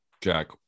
Jack